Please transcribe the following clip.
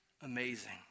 amazing